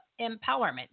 Empowerment